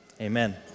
amen